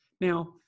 Now